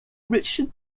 richard